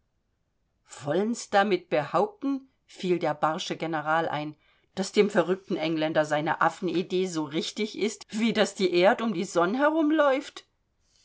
wollen's damit behaupten fiel der barsche general ein daß dem verrückten engländer seine affenidee so richtig ist wie daß die erd um die sonn herumlauft